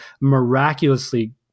miraculously